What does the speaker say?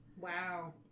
Wow